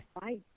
Bye